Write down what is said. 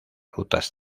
rutas